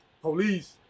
police